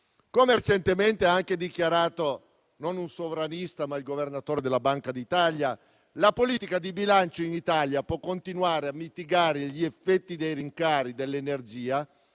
Come recentemente ha anche dichiarato non un sovranista ma il Governatore della Banca d'Italia, la politica di bilancio in Italia può continuare a mitigare gli effetti dei rincari dell'energia